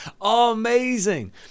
amazing